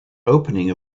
opening